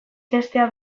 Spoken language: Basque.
irenstera